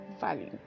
value